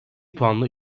puanla